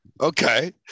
Okay